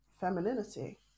femininity